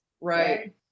Right